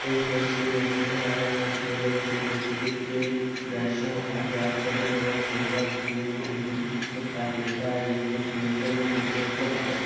এই পশ্চিমী চেহারার শৈলগত প্রকৃতিতে প্রায়শ ভারী আচ্ছাদন এবং কোঁকড়া চুল অন্তর্ভুক্ত থাকে যা একটি সংমিশ্রণের প্রতিনিধিত্ব করে